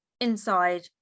inside